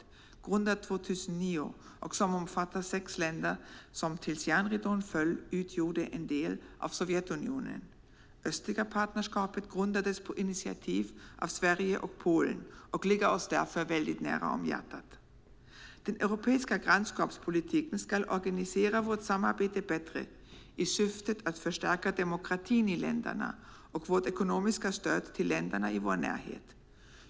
Det grundades 2009 och omfattar sex länder som tills järnridån föll utgjorde en del av Sovjetunionen. Östliga partnerskapet grundades på initiativ av Sverige och Polen och ligger oss därför väldigt varmt om hjärtat. Den europeiska grannskapspolitiken ska organisera vårt samarbete bättre i syfte att förstärka demokratin i länderna och vårt ekonomiska stöd till länderna i vår närhet.